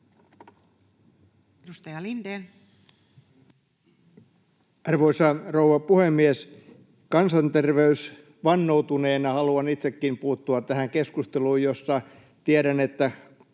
18:21 Content: Arvoisa rouva puhemies! Kansanterveysvannoutuneena haluan itsekin puuttua tähän keskusteluun, jossa tiedän, että